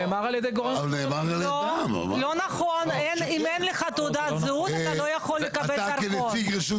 אם אין לך תעודת זהות, אתה לא יכול לקבל דרכון.